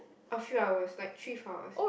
a few hours like three four hours